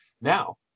now